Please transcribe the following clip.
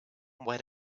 why